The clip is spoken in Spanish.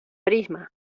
prisma